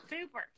Super